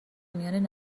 میان